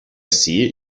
see